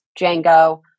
Django